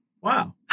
Wow